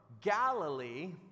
Galilee